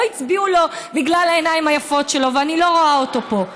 לא הצביעו לו בגלל העיניים היפות שלו ואני לא רואה אותו פה.